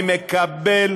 אני מקבל